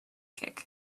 kick